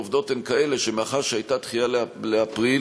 העובדות הן כאלה שמאחר שהייתה דחייה לאפריל,